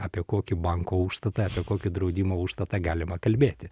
apie kokį banko užstatąapie kokį draudimo užstatą galima kalbėti